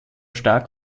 stark